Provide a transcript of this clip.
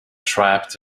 trapped